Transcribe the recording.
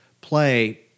play